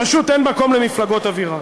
פשוט אין מקום למפלגות אווירה.